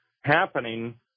happening